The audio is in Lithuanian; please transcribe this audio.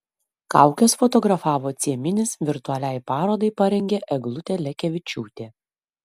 kaukes fotografavo cieminis virtualiai parodai parengė eglutė lekevičiūtė